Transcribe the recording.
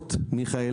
אתה יודע מיכאל,